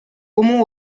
aumont